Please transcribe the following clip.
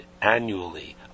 annually